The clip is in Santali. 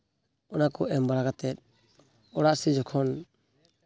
ᱚᱱᱟᱠᱚ ᱮᱢ ᱵᱟᱲᱟ ᱠᱟᱛᱮᱫ ᱚᱲᱟᱜ ᱥᱮᱫ ᱡᱚᱠᱷᱚᱱ